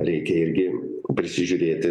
reikia irgi prisižiūrėti